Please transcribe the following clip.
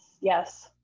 yes